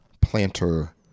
planter